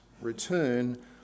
return